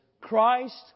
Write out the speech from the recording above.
Christ